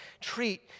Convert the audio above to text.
treat